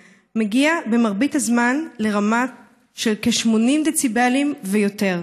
הוא מגיע במרבית הזמן לרמה של כ-80 דציבלים ויותר.